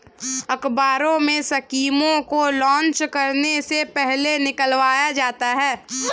अखबारों में स्कीमों को लान्च करने से पहले निकलवाया जाता है